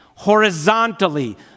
Horizontally